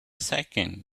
second